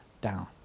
down